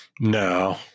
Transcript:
No